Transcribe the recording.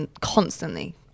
constantly